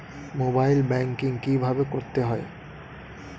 Mobile banking কীভাবে করতে হয়?